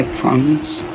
promise